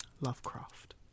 Lovecraft